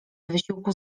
wysiłku